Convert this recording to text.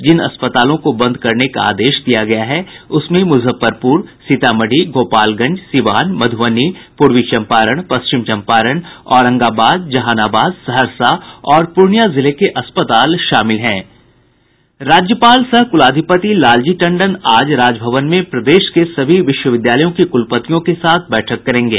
जिन अस्पतालों को बंद करने का आदेश दिया गया है उसमें मुजफ्फरपुर सीतामढ़ी गोपालगंज सीवान मधुबनी पूर्वी चम्पारण पश्चिम चम्पारण औरंगाबाद जहानाबाद सहरसा और पूर्णियां जिले के अस्पताल शामिल हैं राज्यपाल सह कुलाधिपति लालजी टंडन आज राजभवन में प्रदेश के सभी विश्वविद्यालयों के कुलपतियों के साथ बैठक करेंगे